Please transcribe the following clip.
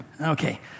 Okay